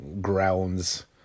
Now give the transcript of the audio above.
grounds